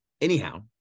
anyhow